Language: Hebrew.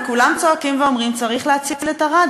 וכולם צועקים ואומרים: צריך להציל את ערד.